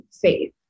faith